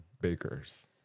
bakers